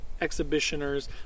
exhibitioners